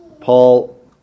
Paul